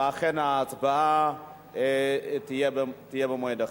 ולכן ההצבעה תתקיים במועד אחר.